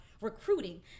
recruiting